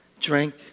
Drink